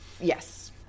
Yes